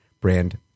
brand